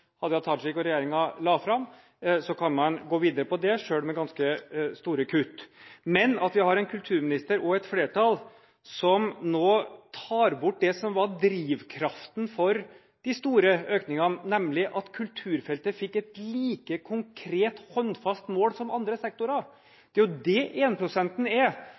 Hadia Tajik og regjeringen la fram. Man kan gå videre på det selv med store kutt. Men vi har en kulturminister og et flertall som nå tar bort det som var drivkraften for de store økningene, nemlig det at kulturfeltet fikk et like konkret, håndfast mål som andre sektorer: Det er det énprosenten er.